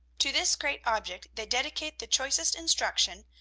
to this great object they dedicate the choicest instruction,